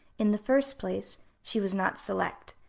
in the first place, she was not select,